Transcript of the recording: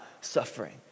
suffering